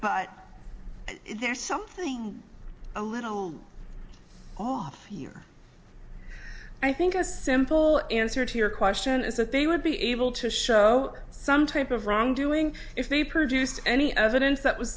but there's something a little off here i think a simple answer to your question is that they would be able to show some type of wrongdoing if they produced any evidence that was